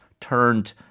turned